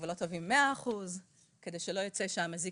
ולא תובעים 100 אחוזים כדי שלא יצא שהמזיק